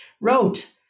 wrote